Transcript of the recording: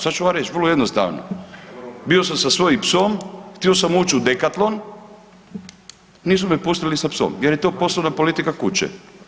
Sad ću vam reć vrlo jednostavno, bio sam sa svojim psom, htio sam uć u „Decathlon“, nisu me pustili sa psom jer je to poslovna politika kuće.